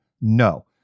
no